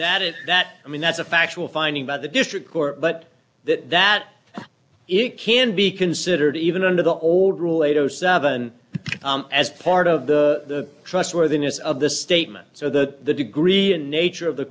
that is that i mean that's a factual finding by the district court but that that it can be considered even under the old rule eight o seven as part of the trustworthiness of the statements or the degree in nature of the